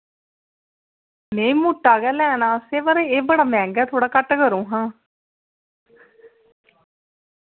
नेईं मुट्टा गै लैना असें पर एह् बड़ा मैंह्गा ऐ थोह्ड़ा घट्ट करो हां